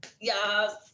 Yes